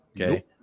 Okay